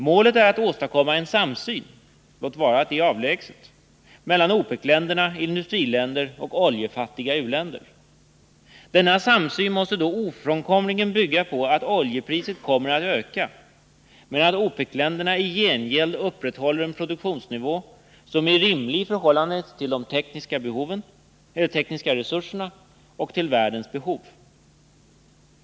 Målet är att åstadkomma en samsyn — låt vara att det är avlägset — emellan OPEC-länderna, industriländer och oljefattiga u-länder. Denna samsyn måste då ofrånkomligen bygga på att oljepriset kommer att öka men att OPEC-länderna i gengäld upprätthåller en produktionsnivå som är rimlig i förhållande till tekniska resurser och världens behov.